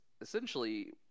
essentially